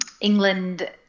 England